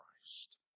Christ